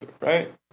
right